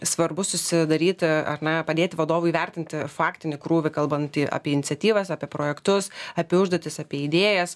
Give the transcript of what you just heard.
svarbu susidaryti ar ne padėti vadovui įvertinti faktinį krūvį kalbant apie iniciatyvas apie projektus apie užduotis apie idėjas